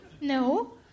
No